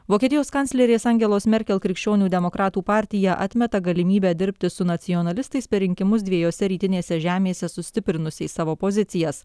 vokietijos kanclerės angelos merkel krikščionių demokratų partija atmeta galimybę dirbti su nacionalistais per rinkimus dviejose rytinėse žemėse sustiprinusiais savo pozicijas